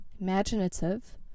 imaginative